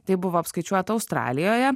tai buvo apskaičiuota australijoje